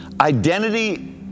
identity